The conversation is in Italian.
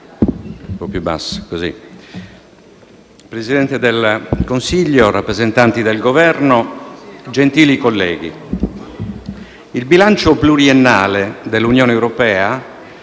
Presidente del Consiglio, rappresentanti del Governo, gentili colleghi, il bilancio pluriennale dell'Unione europea